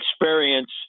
experience